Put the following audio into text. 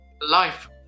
Life